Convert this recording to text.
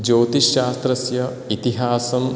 ज्योतिष्शास्त्रस्य इतिहासं